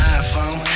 iphone